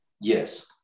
Yes